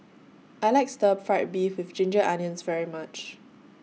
I like Stir Fried Beef with Ginger Onions very much